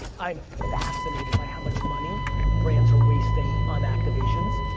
ah i'm fascinated by how much money brands are wasting on activations.